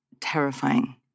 terrifying